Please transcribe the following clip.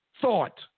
Thought